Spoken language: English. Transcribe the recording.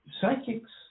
psychics